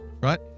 right